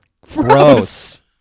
Gross